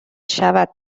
شود